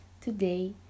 Today